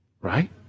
Right